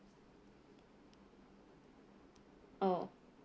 oh